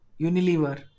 Unilever